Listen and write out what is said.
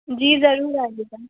जी जरूर आइएगा